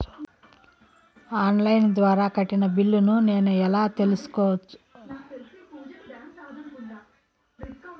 On line ద్వారా కట్టిన బిల్లును నేను ఎలా తెలుసుకోవచ్చు?